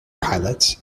pilots